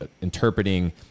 interpreting